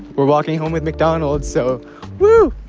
we're walking home with mcdonald's so woo